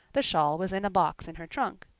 the shawl was in a box in her trunk.